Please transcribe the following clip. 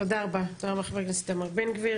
תודה רבה ח"כ איתמר בן גביר.